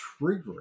triggering